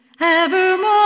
evermore